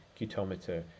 Cutometer